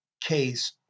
case